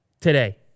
today